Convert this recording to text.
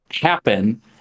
happen